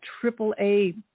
triple-A